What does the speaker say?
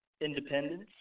independence